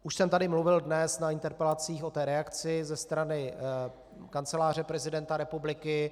Už jsem tady mluvil dnes na interpelacích o reakci ze strany Kanceláře prezidenta republiky.